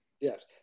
Yes